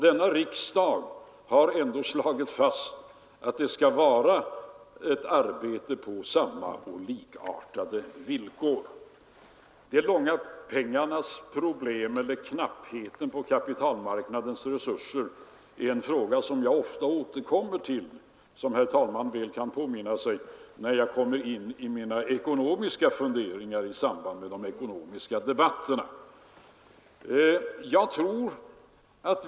Denna riksdag har ändå slagit fast att det skall vara ett arbete på De långa pengarnas problem — eller knappheten i fråga om kapitalmarknadens resurser — är en fråga som jag ofta återkommer till — något som herr talmannen väl kan påminna sig — när jag kommer in på mina ekonomiska funderingar i de ekonomiska debatterna.